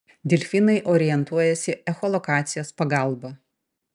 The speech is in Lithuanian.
delfinai orientuojasi echolokacijos pagalba